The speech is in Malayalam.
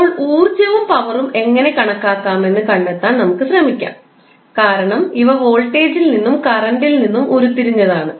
ഇപ്പോൾ ഊർജ്ജവും പവറും എങ്ങനെ കണക്കാക്കാമെന്ന് നമുക്ക് കണ്ടെത്താൻ ശ്രമിക്കാം കാരണം ഇവ വോൾട്ടേജിൽ നിന്നും കറൻറിൽ നിന്നും ഉരുത്തിരിഞ്ഞതാണ്